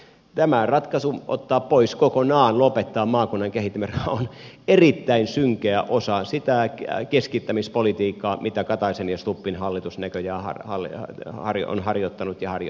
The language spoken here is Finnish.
tämä ratkaisu ottaa pois kokonaan lopettaa maakunnan kehittämisraha on erittäin synkeä osa sitä keskittämispolitiikkaa mitä kataisen ja stubbin hallitus näköjään on harjoittanut ja harjoittaa